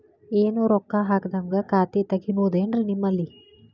ಏನು ರೊಕ್ಕ ಹಾಕದ್ಹಂಗ ಖಾತೆ ತೆಗೇಬಹುದೇನ್ರಿ ನಿಮ್ಮಲ್ಲಿ?